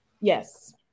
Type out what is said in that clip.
Yes